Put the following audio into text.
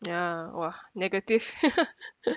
ya !wah! negative